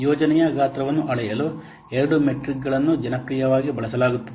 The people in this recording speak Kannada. ಯೋಜನೆಯ ಗಾತ್ರವನ್ನು ಅಳೆಯಲು ಎರಡು ಮೆಟ್ರಿಕ್ಗಳನ್ನು ಜನಪ್ರಿಯವಾಗಿ ಬಳಸಲಾಗುತ್ತದೆ